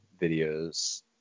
videos